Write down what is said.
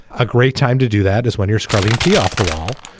a great time to do that is when you're scrubbing p off the wall,